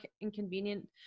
inconvenient